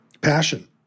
Passion